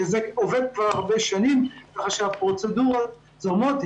זה עובד כבר הרבה שנים כך שהפרוצדורות זורמות.